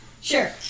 Sure